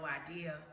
idea